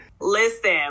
Listen